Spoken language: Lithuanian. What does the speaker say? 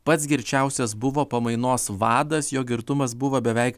pats girčiausias buvo pamainos vadas jo girtumas buvo beveik